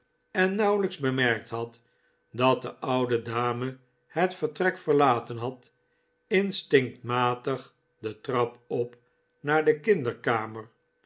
en nauwelijks bemerkt had dat de oude dame het vertrek verlaten had instinctmatig de trap op naar de kinderkamer